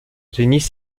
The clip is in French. tennis